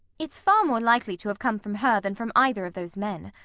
it's far more likely to have come from her than from either of those men.